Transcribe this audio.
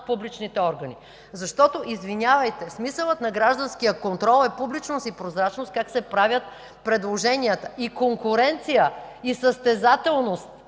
публичните органи! Защото, извинявайте, смисълът на гражданския контрол е публичност и прозрачност как се правят предложенията, и конкуренция, и състезателност!